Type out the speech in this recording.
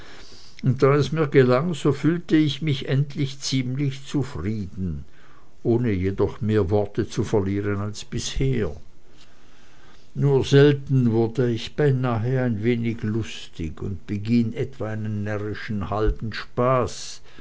und da es mir gelang so fühlte ich mich endlich ziemlich zufrieden ohne jedoch mehr worte zu verlieren als bisher nur selten wurde ich beinahe ein wenig lustig und beging etwa einen närrischen halben spaß